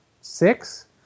six